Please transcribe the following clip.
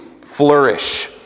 flourish